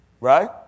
Right